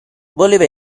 voleva